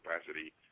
capacity